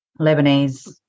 Lebanese